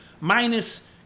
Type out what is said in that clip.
minus